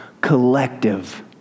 collective